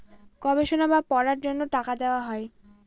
গবেষণা বা পড়ার জন্য টাকা দেওয়া হয়